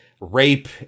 rape